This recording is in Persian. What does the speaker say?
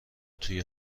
توی